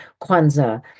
Kwanzaa